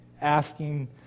asking